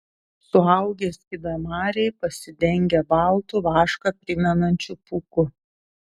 suaugę skydamariai pasidengę baltu vašką primenančiu pūku